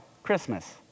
Christmas